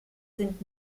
sind